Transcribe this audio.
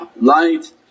light